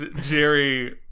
Jerry